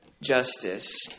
justice